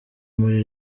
muri